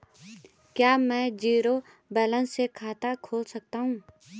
क्या में zero balance से भी खाता खोल सकता हूँ?